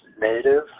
native